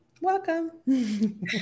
Welcome